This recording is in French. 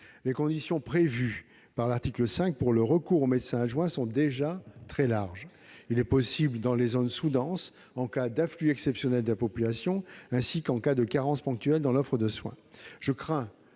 Les conditions figurant à l'article 5 pour le recours aux médecins adjoints sont déjà très larges. Il sera possible dans les zones sous-denses, en cas d'afflux exceptionnel de population, ainsi qu'en cas de carence ponctuelle dans l'offre de soins.